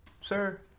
sir